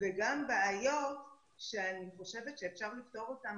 וגם בעיות שאני חושבת שאפשר לפתור אותן,